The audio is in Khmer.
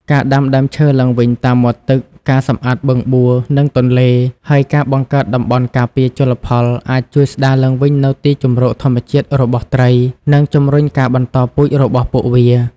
ការដាំដើមឈើឡើងវិញតាមមាត់ទឹក ការសម្អាតបឹងបួ និងទន្លេ ហើយការបង្កើតតំបន់ការពារជលផល អាចជួយស្ដារឡើងវិញនូវទីជម្រកធម្មជាតិរបស់ត្រី និងជំរុញការបន្តពូជរបស់ពួកវា។